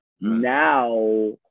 now